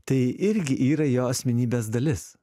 tai irgi yra jo asmenybės dalis